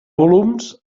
volums